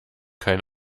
kein